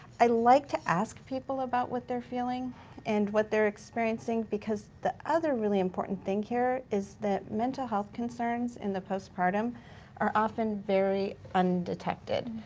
i like to ask people about what they're feeling and what they're experiencing because the other really important thing here is that mental health concerns in the postpartum are often very undetected.